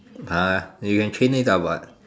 uh you can chain it up what